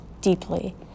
deeply